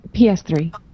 PS3